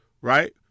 right